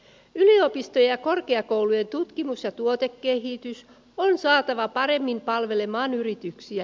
no pistejakoon ja kolme tutkimus ja tuotekehitys pari saatava paremmin palvelemaan yrityksiä